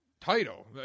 title